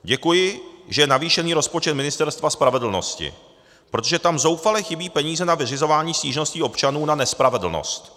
Děkuji, že je navýšen rozpočet Ministerstva spravedlnosti, protože tam zoufale chybí peníze na vyřizování stížností občanů na nespravedlnost.